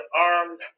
armed